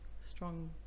strong